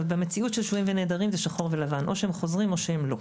במציאות של שבויים ונעדרים זה שחור ולבן או שהם חוזרים או שהם לא.